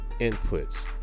inputs